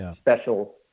special